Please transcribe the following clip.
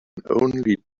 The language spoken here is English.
only